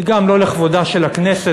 היא גם לא לכבודה של הכנסת,